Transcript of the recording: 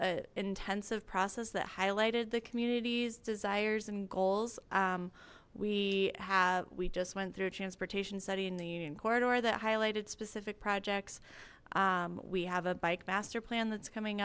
an intensive process that highlighted the community's desires and goals we have we just went through transportation study in the union corridor that highlighted specific projects we have a bike master plan that's coming